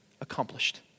Accomplished